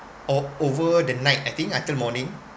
or over the night I think until morning